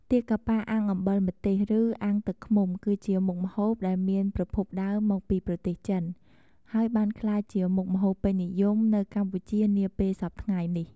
ទាកាប៉ាអាំងអំបិលម្ទេស ឬ អាំងទឹកឃ្មុំគឺជាមុខម្ហូបដែលមានប្រភពដើមមកពីប្រទេសចិន ហើយបានក្លាយជាមុខម្ហូបពេញនិយមនៅកម្ពុជានាពេលសព្វថ្ងៃនេះ។